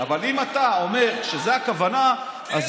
אבל אם אתה אומר שזאת הכוונה, כן.